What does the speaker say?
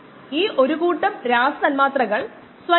ഈ കേന്ദ്രത്തിന്റെ മേഖലയെ സിസ്റ്റം എന്ന് വിളിക്കുന്നു